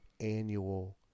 annual